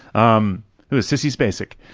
um it was sissy spacek.